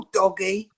doggy